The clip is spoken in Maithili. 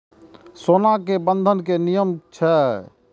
सोना के बंधन के कि नियम छै?